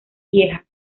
lieja